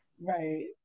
right